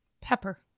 Pepper